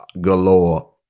galore